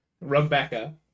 rebecca